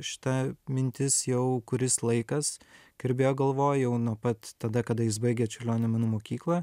šita mintis jau kuris laikas kirbėjo galvoj jau nuo pat tada kada jis baigė čiurlionio menų mokyklą